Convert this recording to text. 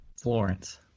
Florence